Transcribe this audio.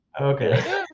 Okay